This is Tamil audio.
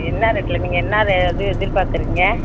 என்ன ரேட்டில் நீங்கள் என்ன எதுவும் எதிர்பார்க்குறீங்க